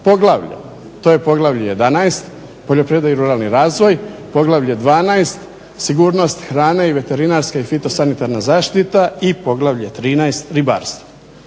poglavlja. To je poglavlje 11. poljoprivreda i ruralni razvoj, poglavlje 12. sigurnost hrane i veterinarska fitosanitarna zaštita i poglavlje 13. ribarstvo.